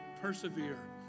persevere